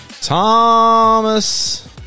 Thomas